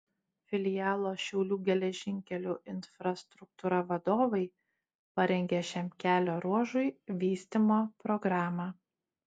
filialo šiaulių geležinkelių infrastruktūra vadovai parengė šiam kelio ruožui vystymo programą